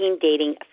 Dating